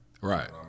Right